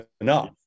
enough